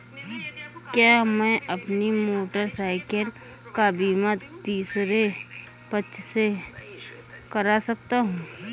क्या मैं अपनी मोटरसाइकिल का बीमा तीसरे पक्ष से करा सकता हूँ?